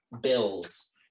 bills